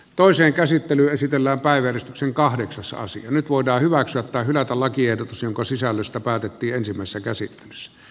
toisen käsittely esitellä päivystyksen kahdeksasosa nyt voidaan hyväksyä tai hylätä lakiehdotus jonka sisällöstä päätettiin ensimmäisessä käsittelyssä